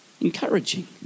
Encouraging